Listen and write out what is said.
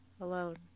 alone